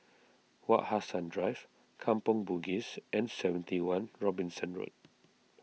Wak Hassan Drive Kampong Bugis and seventy one Robinson Road